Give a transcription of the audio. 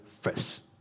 first